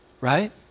Right